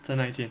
在哪一间